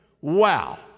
Wow